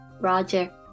roger